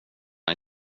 han